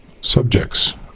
subjects